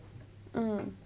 mm